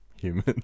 human